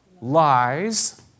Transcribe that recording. Lies